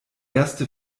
erste